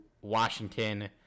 Washington